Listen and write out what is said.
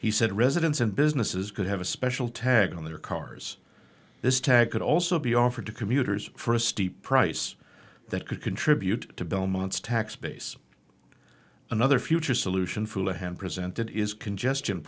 he said residents and businesses could have a special tag on their cars this tag could also be offered to commuters for a steep price that could contribute to belmont's tax base another future solution foula have presented is congestion